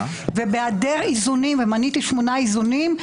בהיעדר איזונים, ומניתי שמונה איזונים,